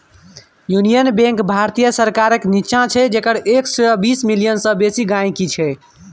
union Bank भारतीय सरकारक निच्चां छै जकर एक सय बीस मिलियन सय बेसी गांहिकी छै